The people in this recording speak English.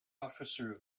officer